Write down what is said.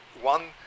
one